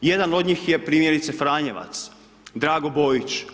Jedan od njih je primjerice franjevac Drago Bojić.